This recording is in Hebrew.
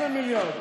15 מיליארד.